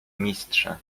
mistrza